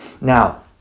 Now